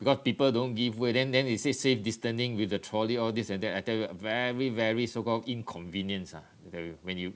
because people don't give way then then they say safe distancing with a trolley all this and that I tell you very very so called inconvenience ah I tell you when you